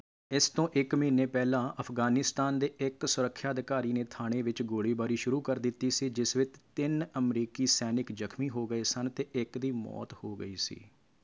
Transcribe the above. ਇਸ ਤੋਂ ਇੱਕ ਮਹੀਨੇ ਪਹਿਲਾਂ ਅਫ਼ਗ਼ਾਨਿਸਤਾਨ ਦੇ ਇੱਕ ਸੁਰੱਖਿਆ ਅਧਿਕਾਰੀ ਨੇ ਥਾਣੇ ਵਿੱਚ ਗੋਲੀਬਾਰੀ ਸ਼ੁਰੂ ਕਰ ਦਿੱਤੀ ਸੀ ਜਿਸ ਵਿੱਚ ਤਿੰਨ ਅਮਰੀਕੀ ਸੈਨਿਕ ਜ਼ਖ਼ਮੀ ਹੋ ਗਏ ਸਨ ਅਤੇ ਇੱਕ ਦੀ ਮੌਤ ਹੋ ਗਈ ਸੀ